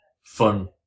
fun